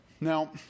now